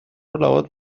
لابد